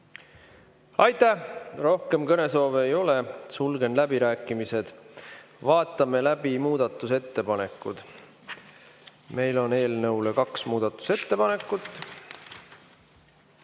Aitäh! Rohkem kõnesoove ei ole, sulgen läbirääkimised. Vaatame läbi muudatusettepanekud. Meil on eelnõu kohta tehtud kaks muudatusettepanekut.